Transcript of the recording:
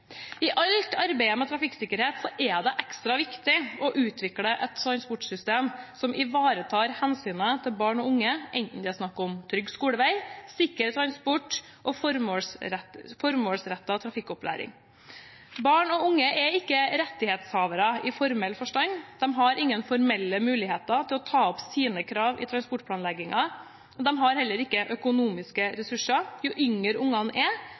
I alt arbeidet med trafikksikkerhet er det ekstra viktig å utvikle et transportsystem som ivaretar hensynet til barn og unge, enten det er snakk om trygg skolevei, sikker transport eller formålsrettet trafikkopplæring. Barn og unge er ikke rettighetshavere i formell forstand. De har ingen formelle muligheter til å ta opp sine krav i transportplanleggingen. De har heller ikke økonomiske ressurser. Jo yngre ungene er,